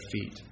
feet